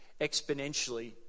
exponentially